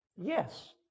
Yes